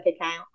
account